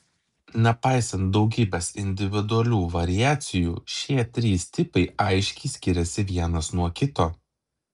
nepaisant daugybės individualių variacijų šie trys tipai aiškiai skiriasi vienas nuo kito